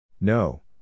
no